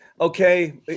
Okay